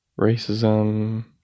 racism